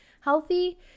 healthy